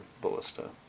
ballista